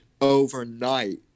overnight